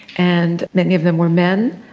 and many of them were men,